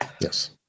yes